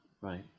Right